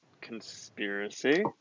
conspiracy